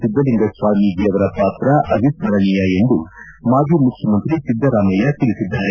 ಸಿದ್ದಲಿಂಗ ಸ್ವಾಮೀಜಿ ಅವರ ಪಾತ್ರ ಅವಿಸ್ತರಣೀಯ ಎಂದು ಮಾಜಿ ಮುಖ್ಯಮಂತ್ರಿ ಸಿದ್ದರಾಮಯ್ಯ ತಿಳಿಸಿದ್ದಾರೆ